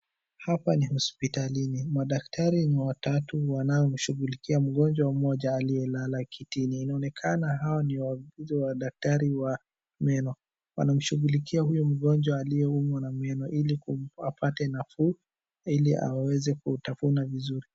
Hapa ni hospitalini madaktari ni watatu wanoshugulikia mgonjwa ambaye amelala kitini. Inaonekana hawa ni waauguzi wa daktari wa meno. Wanamsughulikia mgonjwa anaye umwa na meno ili apate nafuu ili aweze kutafuna vizuri.